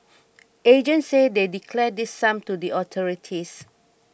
agents say they declare this sum to the authorities